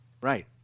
Right